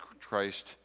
Christ